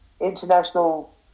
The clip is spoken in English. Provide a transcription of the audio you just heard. International